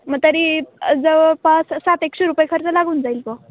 मग तरी जवळपास सात एकशे रुपये खर्च लागून जाईल गं